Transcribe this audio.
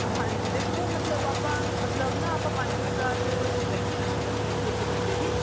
ਹਾਂਜੀ ਦੋਖੇ ਮਤਲਬ ਆਪਾਂ ਮਤਲਬ ਨਾ ਆਪਾਂ ਪੰਜ ਹਜ਼ਾਰ ਲੈਂਦੇ ਹਾਂ ਮਤਲਬ ਫੀਸ ਇੱਕ ਬੱਚੇ ਦੀ